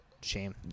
shame